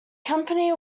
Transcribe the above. company